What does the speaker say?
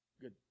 good